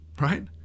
right